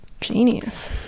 Genius